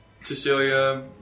Cecilia